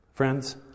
friends